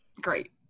Great